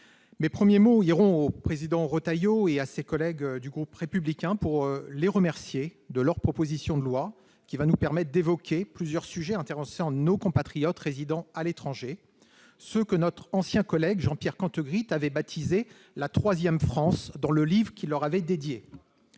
mes premiers mots iront à M. Retailleau et à ses collègues du groupe Les Républicains, que je tiens à remercier de cette proposition de loi. Son examen nous permet d'évoquer plusieurs sujets intéressant nos compatriotes résidant à l'étranger, ceux-là mêmes que notre ancien collègue Jean-Pierre Cantegrit avait baptisés « la troisième France » dans le livre qu'il leur avait dédié.